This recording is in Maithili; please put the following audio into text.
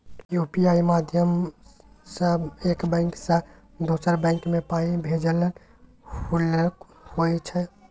यु.पी.आइ माध्यमसँ एक बैंक सँ दोसर बैंक मे पाइ भेजनाइ हल्लुक होइ छै